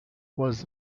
was